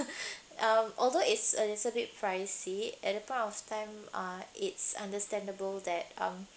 um although it's a little bit pricey at the point of time uh it's understandable that um